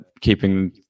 keeping